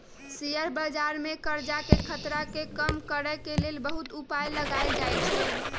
share बजार में करजाके खतरा के कम करए के लेल बहुते उपाय लगाएल जाएछइ